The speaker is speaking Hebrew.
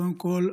קודם כול,